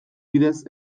bidez